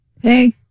Hey